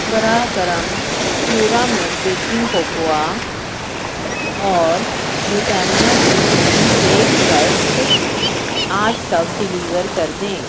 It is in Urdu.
براہِ کرم پیورامیٹ بیکنگ کوکوا اور بریٹانیہ پریمیم بیک رسک آج تک ڈیلیور کر دیں